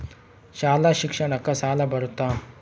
ಶಾಲಾ ಶಿಕ್ಷಣಕ್ಕ ಸಾಲ ಬರುತ್ತಾ?